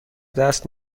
دست